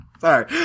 Sorry